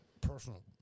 personal